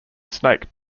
snake